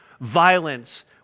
violence